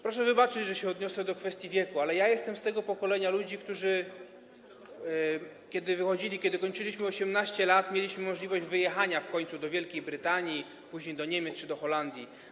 Proszę wybaczyć, że się odniosę do kwestii wieku, ale ja jestem z pokolenia ludzi, którzy kiedy kończyli 18 lat, mieli możliwość wyjechania w końcu do Wielkiej Brytanii, później do Niemiec czy do Holandii.